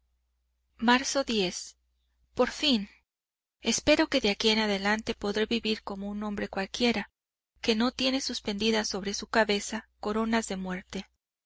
marzo por fin espero que de aquí en adelante podré vivir como un hombre cualquiera que no tiene suspendidas sobre su cabeza coronas de muerte